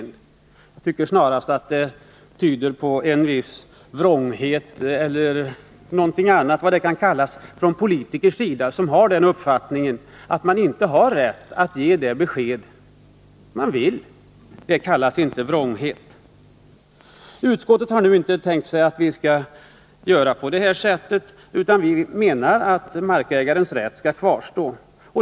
Jag tycker snarare det tyder på en viss vrånghet hos politiker att ha den uppfattningen att markägaren inte har rätt att ge det besked han vill. Utskottet menar att markägarens rätt skall kvarstå.